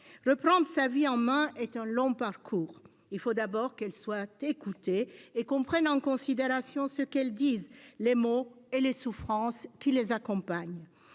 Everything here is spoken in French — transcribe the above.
Reprendre sa vie en main est un long parcours. Il faut tout d'abord que ces femmes soient écoutées et que l'on prenne en considération ce qu'elles disent, les mots et les souffrances qui les accompagnent.